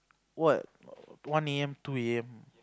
what one a_m two a_m